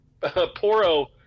Poro